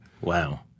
Wow